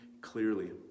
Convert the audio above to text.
clearly